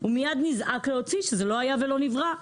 הוא מייד נזעק והוציא שזה לא היה ולא נברא.